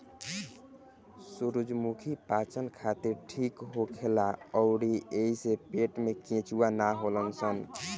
सूरजमुखी पाचन खातिर ठीक होखेला अउरी एइसे पेट में केचुआ ना होलन सन